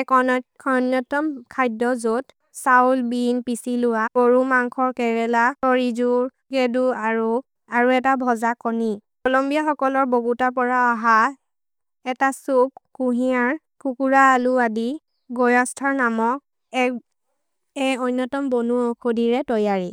एक् अनर्कर्नतुम् खैद्दो जोत् सौल्, बिन्, पिसिलुअ, बोरु, मन्खोर्, केरेल, तोरिजुर्, गेदु, अरु, अरु एत भोज कोनि। कोलोम्बिअ होकोलो बोगुत पोध अहर् एत सुक्, कुहिअन्, कुकुर अलु अदि, गोयस्तर् नमो ए ओन्योतोन् बोनु कोदिले दोइअलि।